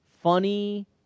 Funny